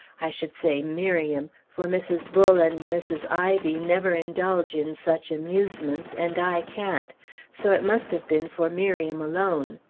i should say miriam for mrs. bull and mrs. ivy never indulge in such amusements, and i can't so it must have been for miriam alone.